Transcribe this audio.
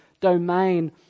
domain